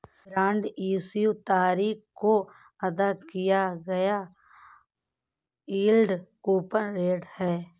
bond issue तारीख को अदा किया गया यील्ड कूपन रेट है